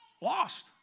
lost